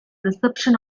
reception